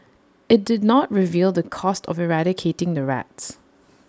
IT did not reveal the cost of eradicating the rats